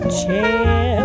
chair